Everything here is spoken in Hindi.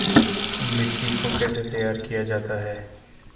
मिट्टी को कैसे तैयार किया जाता है?